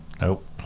Nope